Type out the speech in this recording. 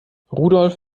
rudolf